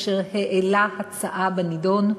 אשר העלה הצעה בנדון,